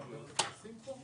108 אני מוחקת.